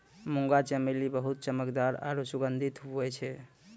मुंगा चमेली बहुत चमकदार आरु सुगंधित हुवै छै